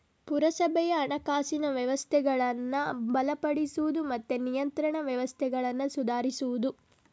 ಪುರಸಭೆಯ ಹಣಕಾಸಿನ ವ್ಯವಸ್ಥೆಗಳನ್ನ ಬಲಪಡಿಸುದು ಮತ್ತೆ ನಿಯಂತ್ರಣ ವ್ಯವಸ್ಥೆಗಳನ್ನ ಸುಧಾರಿಸುದು